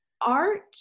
Art